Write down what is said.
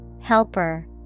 Helper